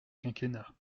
quinquennat